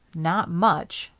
not much,